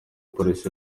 polisi